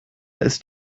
ist